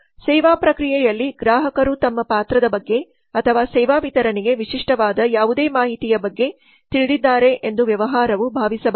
ಸೇವಾ ಪ್ರಕ್ರಿಯೆಯಲ್ಲಿ ಗ್ರಾಹಕರು ತಮ್ಮ ಪಾತ್ರದ ಬಗ್ಗೆ ಅಥವಾ ಸೇವಾ ವಿತರಣೆಗೆ ವಿಶಿಷ್ಟವಾದ ಯಾವುದೇ ಮಾಹಿತಿಯ ಬಗ್ಗೆ ತಿಳಿದಿದ್ದಾರೆ ಎಂದು ವ್ಯವಹಾರವು ಭಾವಿಸಬಾರದು